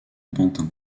pantin